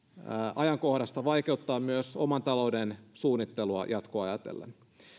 ajankohdasta vaikeuttaa myös oman talouden suunnittelua jatkoa ajatellen